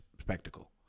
spectacle